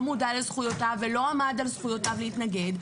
מודע לזכויותיו ולא עמד על זכויותיו להתנגד,